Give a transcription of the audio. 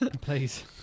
Please